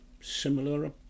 Similar